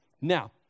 Now